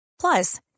Plus